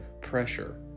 pressure